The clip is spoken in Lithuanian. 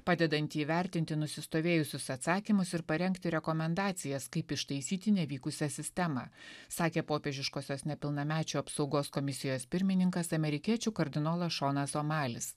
padedanti įvertinti nusistovėjusius atsakymus ir parengti rekomendacijas kaip ištaisyti nevykusią sistemą sakė popiežiškosios nepilnamečių apsaugos komisijos pirmininkas amerikiečių kardinolas šonas omalis